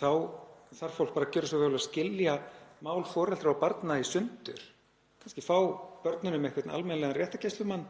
þá þarf fólk bara gjöra svo vel að skilja mál foreldra og barna í sundur, kannski fá börnunum einhvern almennilegan réttargæslumann